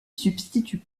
substitue